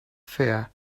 fear